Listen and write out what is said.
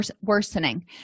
worsening